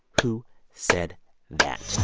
who said that?